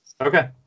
Okay